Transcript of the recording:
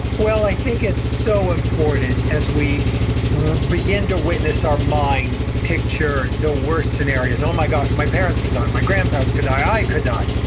well, i think it's so important, as we begin to witness our mind picture the worst scenarios, oh my gosh, my parents could die, my grandparents could die, i could die,